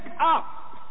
up